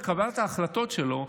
בקבלת ההחלטות שלו,